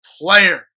player